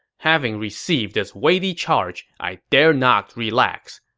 having received this weighty charge, i dare not relax.